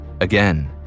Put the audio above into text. again